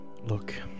look